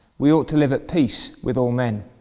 we ought to live at peace with all men.